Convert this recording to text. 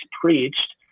preached